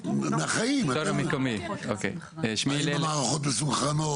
מהחיים, אתם, האם המערכות מסונכרנות?